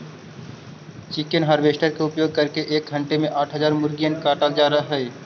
chicken harvester के उपयोग करके एक घण्टे में आठ हजार मुर्गिअन के काटल जा हई